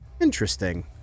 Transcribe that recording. Interesting